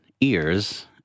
ears